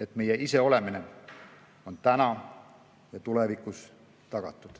et meie iseolemine on täna ja tulevikus tagatud.